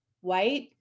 white